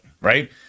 right